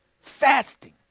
fasting